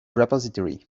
repository